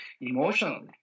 emotionally